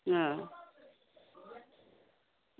हां